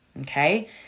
okay